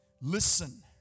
listen